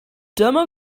dyma